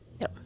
No